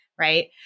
right